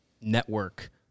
network